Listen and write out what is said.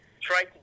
try